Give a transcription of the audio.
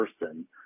person